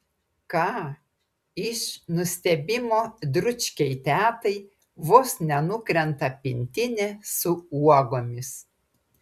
ką iš nustebimo dručkei tetai vos nenukrenta pintinė su uogomis